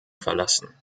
verlassen